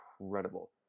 incredible